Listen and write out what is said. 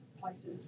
places